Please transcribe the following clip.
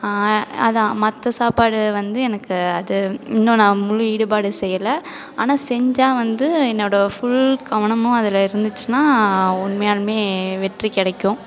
அதான் மற்ற சாப்பாடு வந்து எனக்கு அது இன்னும் நான் முழு ஈடுபாடு செய்யல ஆனால் செஞ்சால் வந்து என்னோட ஃபுல் கவனமும் அதில் இருந்துச்சின்னா உண்மையாலும் வெற்றி கிடைக்கும்